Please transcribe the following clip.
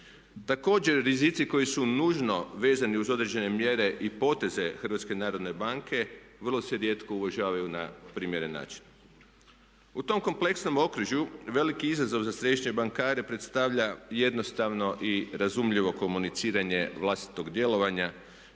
Također, rizici koji su nužno vezani uz određene mjere i poteze HNB-a vrlo se rijetko uvažavaju na primjeren način. U tom kompleksnom okružju veliki izazov za središnje bankare predstavlja jednostavno i razumljivo komuniciranje vlastitog djelovanja